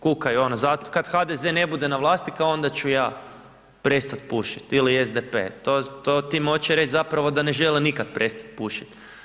Kukaju ono, kad HDZ ne bude na vlasti kao onda ću ja prestati pušit ili SDP to tim hoće reći zapravo da ne žele nikad prestat pušit.